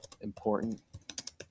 important